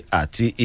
ati